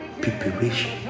preparation